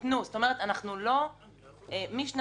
כלומר מ-96'